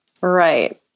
right